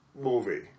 movie